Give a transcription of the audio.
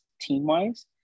team-wise